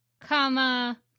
comma